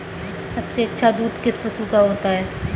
सबसे अच्छा दूध किस पशु का होता है?